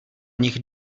nich